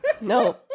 no